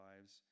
lives